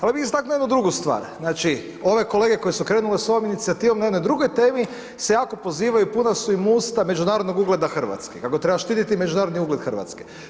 Ali bi istaknuo jednu drugu stvar, znači ove kolege koji su okrenuli sa ovom inicijativom na jednoj drugoj temi se jako pozivaju i puna su im usta međunarodnog ugleda Hrvatske kako treba štititi međunarodni ugled Hrvatske.